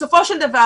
בסופו של דבר,